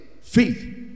faith